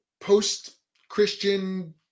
post-christian